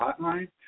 hotline